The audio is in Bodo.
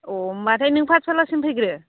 अ होनबाथाय नों पाथसालासिम फैग्रो